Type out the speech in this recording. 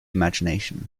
imagination